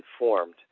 informed